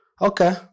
okay